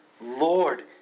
Lord